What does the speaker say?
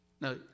Now